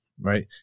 right